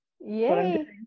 yay